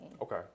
Okay